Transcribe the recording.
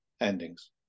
endings